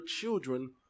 children